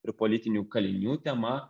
ir politinių kalinių tema